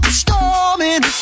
storming